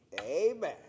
Amen